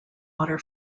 water